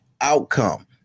outcome